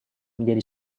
menjadi